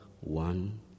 one